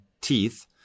teeth